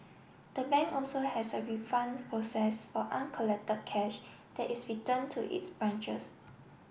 the bank also has a refund process for uncollected cash that is return to its branches